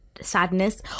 sadness